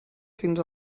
fins